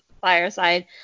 fireside